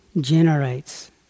generates